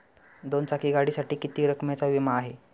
दोन चाकी गाडीसाठी किती रकमेचा विमा आहे?